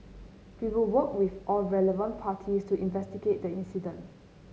we will work with all relevant parties to investigate the incident